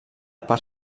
per